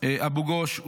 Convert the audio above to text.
אבו גוש,